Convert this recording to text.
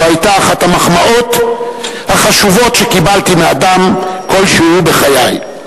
זו היתה אחת המחמאות החשובות שקיבלתי מאדם כלשהו בחיי.